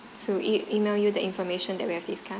to e~ email you the information that we have discussed